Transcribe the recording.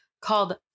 called